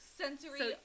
sensory